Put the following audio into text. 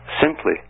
simply